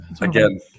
Again